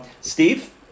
Steve